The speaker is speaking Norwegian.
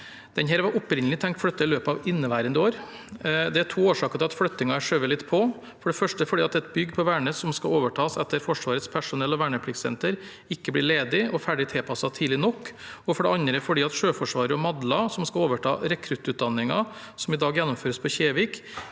Denne var opprinnelig tenkt flyttet i løpet av inneværende år. Det er to årsaker til at flyttingen er skjøvet litt på – for det første fordi et bygg på Værnes som skal overtas etter Forsvarets personell- og vernepliktssenter, ikke blir ledig og ferdig tilpasset tidlig nok, og for det andre fordi Sjøforsvaret og Madla som skal overta rekruttutdanningen som i dag gjennomføres på Kjevik,